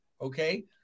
okay